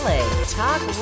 Talk